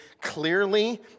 clearly